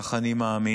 כך אני מאמין,